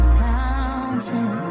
mountain